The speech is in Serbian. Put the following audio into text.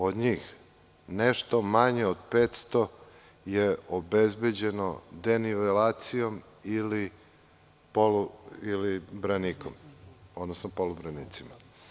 Od njih nešto manje od 500 je obezbeđeno denivelacijom ili branikom, odnosno polubranicima.